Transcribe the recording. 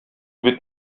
бит